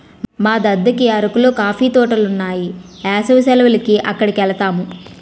మా దద్దకి అరకులో కాఫీ తోటలున్నాయి ఏసవి సెలవులకి అక్కడికెలతాము